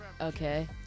Okay